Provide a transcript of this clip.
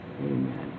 Amen